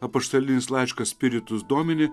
apaštalinis laiškas spiritus domini